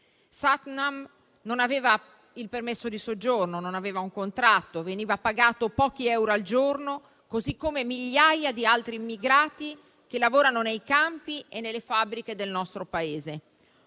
Satnam non aveva il permesso di soggiorno, non aveva un contratto, veniva pagato pochi euro al giorno, così come migliaia di altri immigrati che lavorano nei campi e nelle fabbriche del nostro Paese.